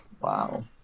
Wow